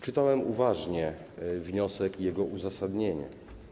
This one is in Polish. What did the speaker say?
Czytałem uważnie wniosek i jego uzasadnienie.